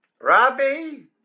Robbie